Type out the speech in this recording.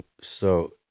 So-